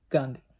Gandhi